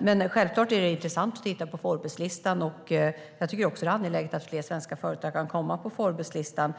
Men självklart är det intressant att titta på Forbeslistan. Jag tycker också att det är angeläget att fler svenska företag kan komma på Forbeslistan.